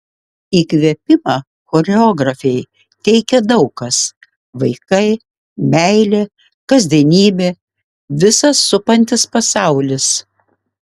įkvėpimą choreografei teikia daug kas vaikai meilė kasdienybė visas supantis pasaulis